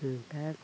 दा